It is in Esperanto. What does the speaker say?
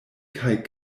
kaj